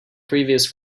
previous